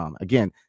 Again